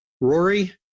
Rory